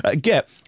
get